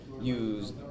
use